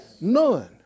None